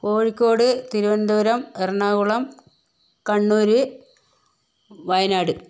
Kozhikode Thiruvananthapuram Ernakulam Kannur Wayanad